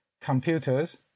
computers